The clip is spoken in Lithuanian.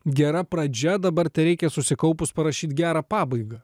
gera pradžia dabar tereikia susikaupus parašyt gerą pabaigą